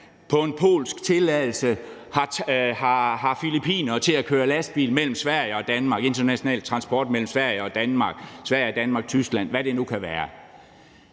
på en polsk tilladelse har filippinere til at køre lastbil mellem Sverige og Danmark – international transport mellem Sverige og Danmark og Tyskland, eller hvad det nu kan være.